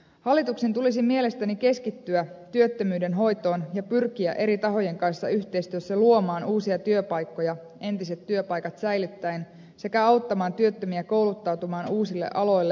hallituksen tulisi mielestäni keskittyä työttömyyden hoitoon ja pyrkiä eri tahojen kanssa yhteistyössä luomaan uusia työpaikkoja entiset työpaikat säilyttäen sekä auttamaan työttömiä kouluttautumaan uusille aloille esimerkiksi